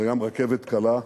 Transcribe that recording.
וגם רכבת קלה.